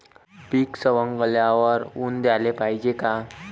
पीक सवंगल्यावर ऊन द्याले पायजे का?